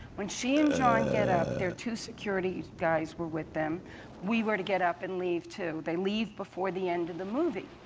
when she and john get up there two security guys with them we were to get up and leave too. they leave before the end of the movie.